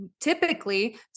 typically